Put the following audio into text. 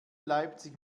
leipzig